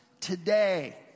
today